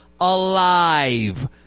alive